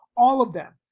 all of them,